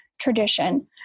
tradition